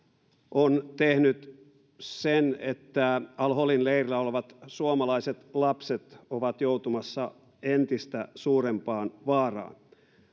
on tehnyt sen että al holin leirillä olevat suomalaiset lapset ovat joutumassa entistä suurempaan vaaraan